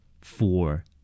four